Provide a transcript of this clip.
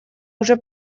уже